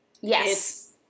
yes